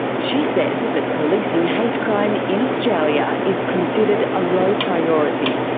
she says that policing hate crime in australia is considered a low priority.